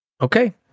Okay